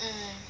mm